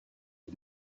est